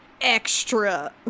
extra